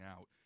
out